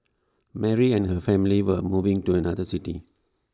Mary and her family were moving to another city